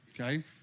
okay